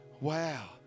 Wow